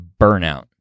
burnout